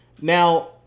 Now